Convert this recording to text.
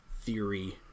theory